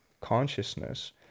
consciousness